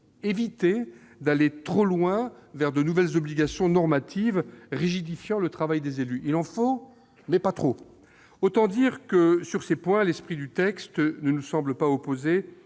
éviter d'aller trop loin vers de nouvelles obligations normatives au risque de rigidifier le travail des élus. Il en faut, mais pas trop ! Autant dire que, sur ces points, l'esprit du texte ne nous semble pas opposé